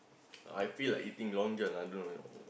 I feel like eating Long-John I don't know